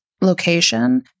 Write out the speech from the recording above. location